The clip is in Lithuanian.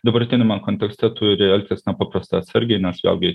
dabartiniame kontekste turi elgtis nepaprastai atsargiai nes vėlgi